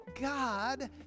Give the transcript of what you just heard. God